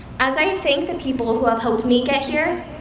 as i thank the people who have helped me get here,